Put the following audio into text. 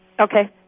Okay